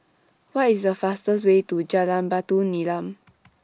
What IS The fastest Way to Jalan Batu Nilam